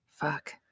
Fuck